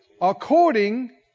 According